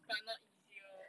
but not easier